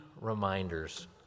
reminders